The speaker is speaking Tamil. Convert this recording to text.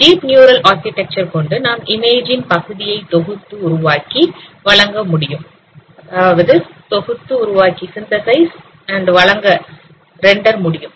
டீப் நியூரல் ஆர்கிடெக்சர் கொண்டு நாம் இமேஜ் ன் குதியை தொகுத்து உருவாக்கி வழங்க முடியும்